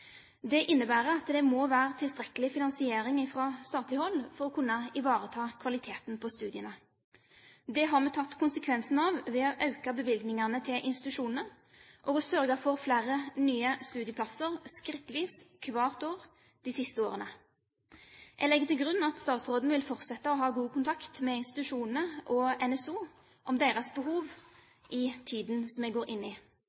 Det innebærer at det må være tilstrekkelig finansiering fra statlig hold for å kunne ivareta kvaliteten på studiene. Det har vi tatt konsekvensen av ved å øke bevilgningene til institusjonene og sørge for flere nye studieplasser – skrittvis – hvert år de siste årene. Jeg legger til grunn at statsråden vil fortsette å ha god kontakt med institusjonene og NSO om deres behov i tiden som vi går inn i.